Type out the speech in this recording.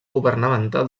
governamental